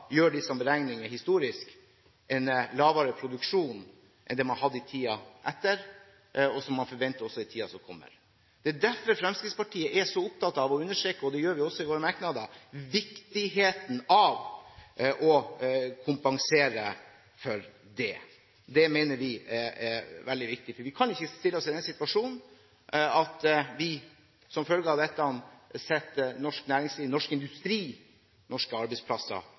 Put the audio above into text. gjør disse beregningene av historisk nivå – en lavere produksjon enn det man hadde i tiden etter, og det man forventer i tiden som kommer. Derfor er Fremskrittspartiet opptatt av å understreke – og det gjør vi også i våre merknader – viktigheten av å kompensere for det. Det mener vi er veldig viktig. Vi kan ikke stille oss i den situasjonen at vi som følge av dette setter norsk næringsliv, norsk industri og norske arbeidsplasser